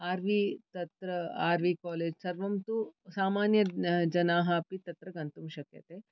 R V तत्र R V college सर्वं तु सामान्यजनाः अपि तत्र गन्तुं शक्यते